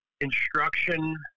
instruction